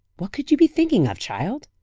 what could you be thinking of, child?